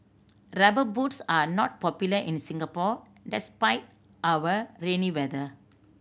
Rubber Boots are not popular in Singapore despite our rainy weather